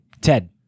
Ted